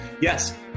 Yes